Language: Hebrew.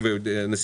נמצא